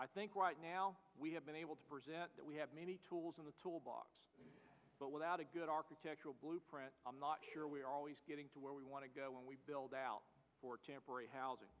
i think right now we have been able to present that we have many tools in the toolbox but without a good architectural blueprint i'm not sure we're always getting to where we want to go when we build out for temporary housing